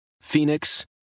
Phoenix